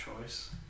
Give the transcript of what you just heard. choice